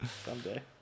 someday